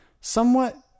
somewhat